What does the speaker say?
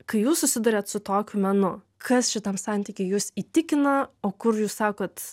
kai jūs susiduriat su tokiu menu kas šitam santyky jus įtikina o kur jūs sakot